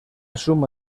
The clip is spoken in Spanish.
suma